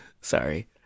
Sorry